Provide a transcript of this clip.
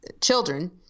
children